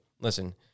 Listen